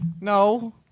No